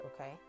okay